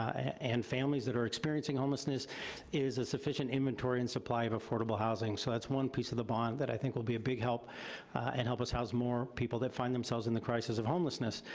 and families that are experiencing homelessness is a sufficient inventory and supply of affordable housing. so that's one piece of the bond that i think will be a big help and help us house more people that find themselves in the crisis of homelessness.